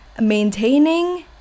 maintaining